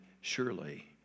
surely